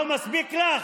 לא מספיק לך?